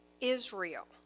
Israel